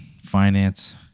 finance